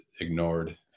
ignored